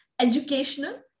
educational